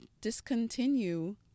discontinue